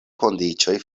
kondiĉoj